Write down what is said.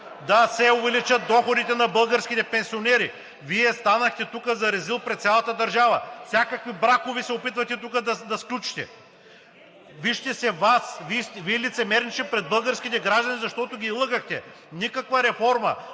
да се увеличат доходите на българските пенсионери, Вие станахте тук за резил пред цялата държава! Всякакви бракове се опитвате тук да сключите. Вижте се – Вие лицемерничите пред българските граждани, защото ги лъгахте! Никаква реформа,